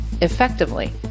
effectively